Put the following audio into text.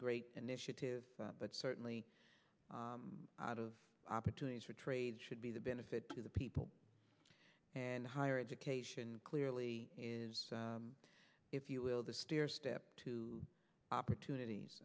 great initiative but certainly out of opportunities for trade should be the benefit to the people and higher education clearly is if you will the stairstep two opportunities